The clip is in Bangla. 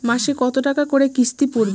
মাসে কত টাকা করে কিস্তি পড়বে?